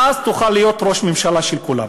ואז תוכל להיות ראש ממשלה של כולם.